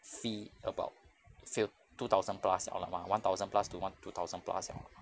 fee about fail~ two thousand plus or like one one thousand plus to one two thousand plus liao